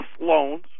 loans